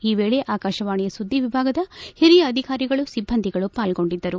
ಈ ವೇಳೆ ಆಕಾಶವಾಣಿಯ ಸುಧ್ಲಿವಿಭಾಗದ ಓರಿಯ ಅಧಿಕಾರಿಗಳು ಸಿಬ್ಬಂದಿಗಳು ಪಾಲ್ಗೊಂಡಿದ್ದರು